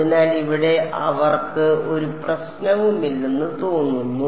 അതിനാൽ ഇവിടെ അവർക്ക് ഒരു പ്രശ്നവുമില്ലെന്ന് തോന്നുന്നു